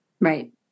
Right